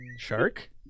Shark